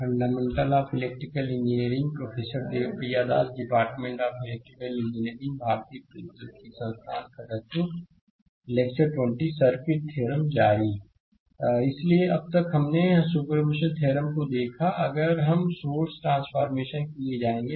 fundamental of electrical engineering professor Dev Priya Das department of electrical engineering भारतीय प्रौद्योगिकी संस्थान खड़गपुर लेक्चर 20 सर्किट थ्योरम्स जारी स्लाइड समय देखें 0023 इसलिए अब तक हमनेअपने सुपरपोजिशन थ्योरम को देखा है आगे हम सोर्स ट्रांसफॉरमेशन के लिए जाएंगे